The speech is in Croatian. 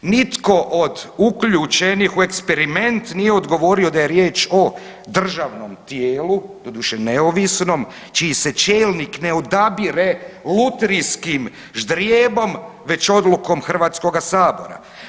Nitko od uključenih u eksperiment nije odgovorio da je riječ o državnom tijelu, doduše neovisnom čiji se čelnik ne odabire lutrijskim ždrijebom već odlukom Hrvatskoga sabora.